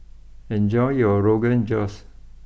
enjoy your Rogan Josh